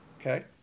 Okay